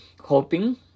hoping